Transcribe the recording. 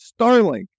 Starlink